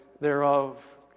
thereof